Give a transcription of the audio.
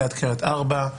ליד קריית ארבע,